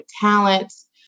talents